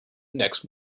next